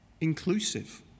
inclusive